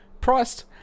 priced